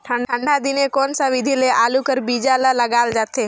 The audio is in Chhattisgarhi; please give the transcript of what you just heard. ठंडा दिने कोन सा विधि ले आलू कर बीजा ल लगाल जाथे?